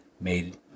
made